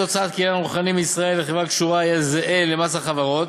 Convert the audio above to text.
הוצאת קניין רוחני מישראל לחברה קשורה יהיה זהה למס החברות.